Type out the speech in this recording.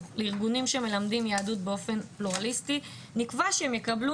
לארגונים שמלמדים יהדות באופן פלורליסטי נקבע שהם יקבלו